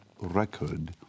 record